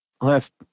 last